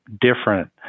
different